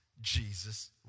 Jesus